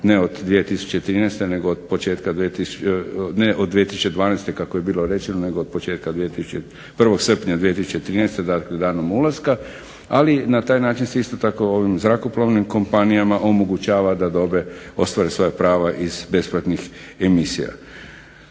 ne od 2013. nego od početka, ne od 2012. nego od 1. srpnja 2013. dakle danom ulaska, ali na taj način se isto tako ovim zrakoplovnim kompanijama omogućava da ostvare svoja prava iz besplatnih emisija.